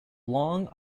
long